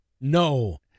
No